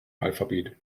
alphabet